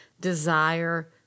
desire